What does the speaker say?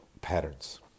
patterns